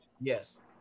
Yes